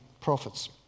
prophets